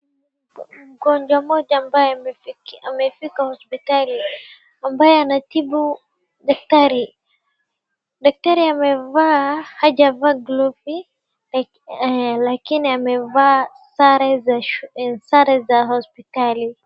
Mgonjwa moja ambaye amefika hospitali ambaye anatibu daktari, daktari hajavaa glovi lakini amevaa sare za hospitali.